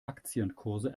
aktienkurse